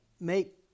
make